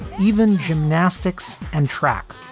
even gymnastics and track.